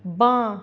বাঁ